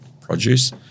produce